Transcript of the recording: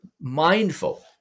mindful